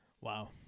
Wow